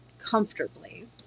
comfortably